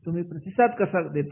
तुम्ही प्रतिसाद कसा देता